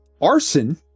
Arson